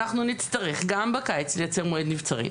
אנחנו נצטרך גם בקיץ יהיה מועד נבצרים.